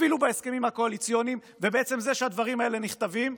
אפילו בהסכמים הקואליציוניים ובעצם זה שהדברים האלה נכתבים,